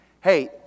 Hey